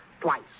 Twice